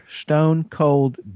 stone-cold